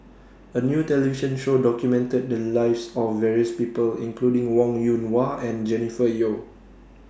A New television Show documented The Lives of various People including Wong Yoon Wah and Jennifer Yeo